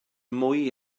mwy